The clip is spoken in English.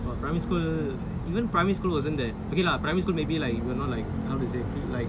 primary school even primary school wasn't that okay lah primary school maybe like you know like how to say